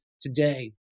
today